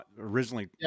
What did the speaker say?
originally